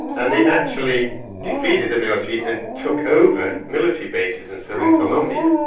and they actually defeated the military and took over military bases in southern colombia.